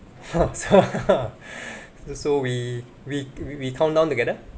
so we we we we countdown together